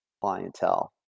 clientele